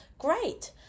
Great